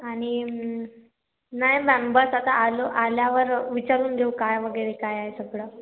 आणि नाही मॅम बस आता आलो आल्यावर विचारून घेऊ काय वगैरे काय आहे सगळं